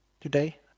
today